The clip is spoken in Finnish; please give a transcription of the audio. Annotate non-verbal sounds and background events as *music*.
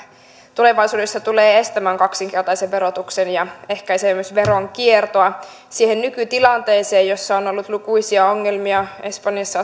tulevaisuudessa tulee estämään kaksinkertaisen verotuksen ja ehkäisee myös veronkiertoa siihen nykytilanteeseen nähden jossa on ollut lukuisia ongelmia espanjassa *unintelligible*